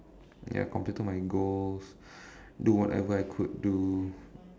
ya completed my goals do whatever I could do